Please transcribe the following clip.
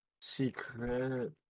Secret